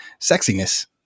sexiness